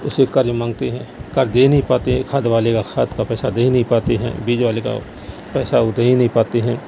اسے قرض مانگتے ہیں قرض دے نہیں پاتے ہیں کھاد والے کا کھاد کا پیسہ دے ہی نہیں پاتے ہیں بیج والے کا پیسہ وہ دے ہی نہیں پاتے ہیں